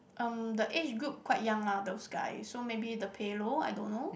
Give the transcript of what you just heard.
erm the age group quite young lah those guys so maybe the pay low I don't know